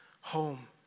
home